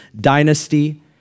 dynasty